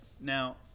Now